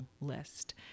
list